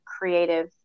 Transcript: creative